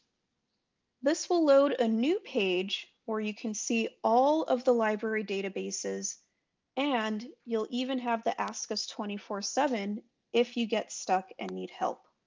this will load a new page where you can see all of the library databases and you'll even have the ask us twenty four seven if you get stuck and need help.